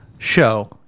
show